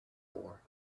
war